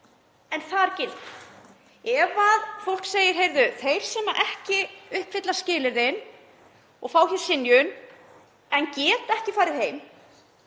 en þar gilda. Ef fólk segir: Heyrðu, þeir sem ekki uppfylla skilyrðin og fá synjun en geta ekki farið heim,